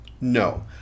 No